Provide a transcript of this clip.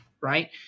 right